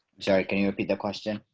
sorry, can you repeat the question.